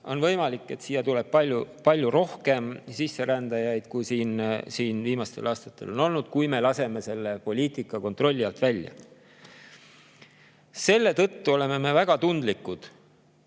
võimalik, et siia tuleb palju rohkem sisserändajaid, kui siin viimastel aastatel on olnud, kui me laseme selle poliitika kontrolli alt välja. Selle tõttu oleme me Isamaas ning